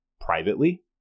Privately